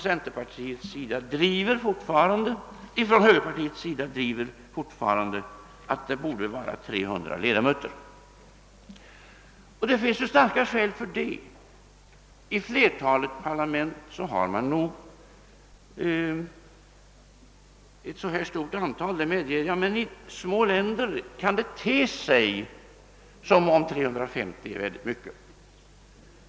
Högerpartiet driver fortfarande den linjen att det bör vara 300 ledamöter. Det finns starka skäl som talar härför; i flertalet parlament har man nog ungefär så stort antal, det medger jag. I små länder kan kanske 350 ledamöter te sig som ett väldigt stort antal.